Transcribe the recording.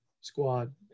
squad